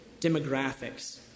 demographics